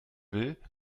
will